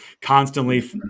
constantly